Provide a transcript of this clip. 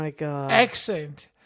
accent